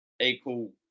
equal